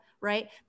right